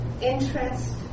interest